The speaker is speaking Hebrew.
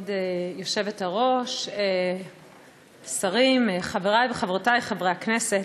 כבוד היושבת-ראש, שרים, חברי וחברותי חברי הכנסת,